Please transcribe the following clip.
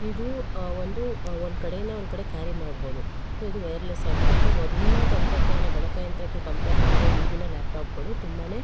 ಇದು ಒಂದು ಒಂದು ಕಡೆಯಿಂದ ಒಂದು ಕಡೆಗೆ ಕ್ಯಾರಿ ಮಾಡ್ಬೋದು ಸೊ ಇದು ವಯರ್ಲೆಸ್ ಆಗಿರುತ್ತೆ ಮೊದಲಿನ ತಂತ್ರಜ್ಞಾನ ಗಣಕಯಂತ್ರಕ್ಕೆ ಕಂಪೇರ್ ಮಾಡಿದರೆ ಈಗಿನ ಲ್ಯಾಪ್ಟಾಪ್ಗಳು ತುಂಬ